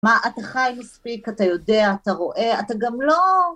מה, אתה חי מספיק, אתה יודע, אתה רואה, אתה גם לא...